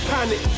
Panic